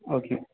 okay